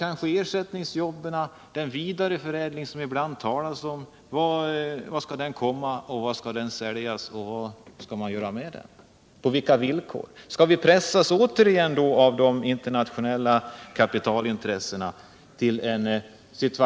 Var kommer den vidareförädling som det ibland talas om att ske, var skall produkterna säljas och på vilka villkor skall den komma till stånd? Skall vi då återigen av de internationella kapitalintressena pressas till